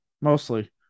Mostly